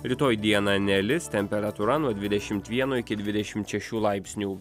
rytoj dieną nelis temperatūra nuo dvidešimt vieno iki dvidešimt šešių laipsnių